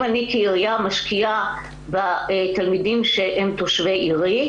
אני כעירייה משקיעה בתלמידים שהם תושבי עירי,